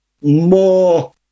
more